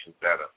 better